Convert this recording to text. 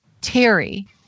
Terry